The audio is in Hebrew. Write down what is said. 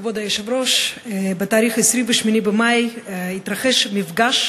כבוד היושב-ראש, בתאריך 28 במאי התרחש מפגש